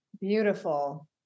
Beautiful